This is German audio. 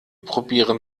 probieren